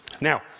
Now